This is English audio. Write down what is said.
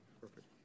Perfect